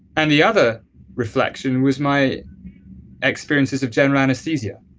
and the other reflection was my experiences of general anesthesia.